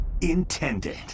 intended